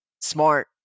smart